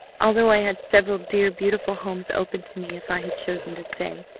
although i had several dear beautiful homes opened to me if i had chosen to stay,